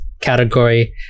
category